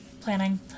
Planning